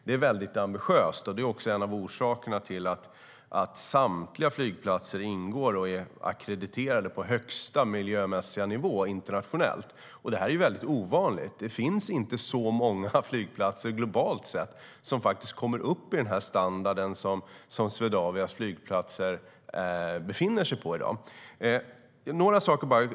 Det är ambitiöst, och det är också en av orsakerna till att samtliga flygplatser ingår och är ackrediterade på högsta miljömässiga nivå internationellt. Detta är ovanligt; det finns inte så många flygplatser globalt sett som kommer upp i den standard som Swedavias flygplatser befinner sig på i dag.